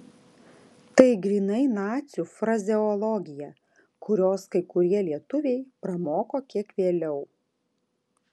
tai grynai nacių frazeologija kurios kai kurie lietuviai pramoko kiek vėliau